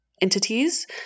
Entities